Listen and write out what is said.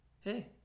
Hey